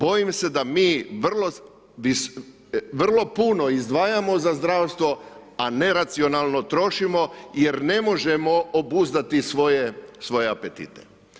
Bojim se da mi vrlo puno izdvajamo za zdravstvo a neracionalno trošimo jer ne možemo obuzdati svoje apetite.